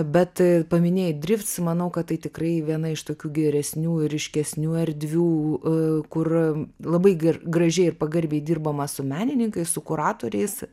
bet paminėjai drifts manau kad tai tikrai viena iš tokių geresnių ir ryškesnių erdvių kur labai gar gražiai ir pagarbiai dirbama su menininkais su kuratoriais